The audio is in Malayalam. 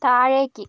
താഴേക്ക്